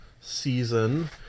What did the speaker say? season